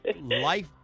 life